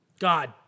God